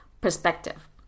perspective